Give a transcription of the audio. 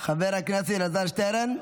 חבר הכנסת אלעזר שטרן.